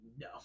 no